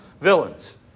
villains